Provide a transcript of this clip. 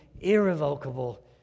irrevocable